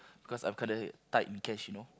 because I'm kinda tight in cash you know